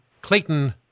Clayton